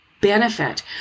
benefit